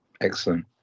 Excellent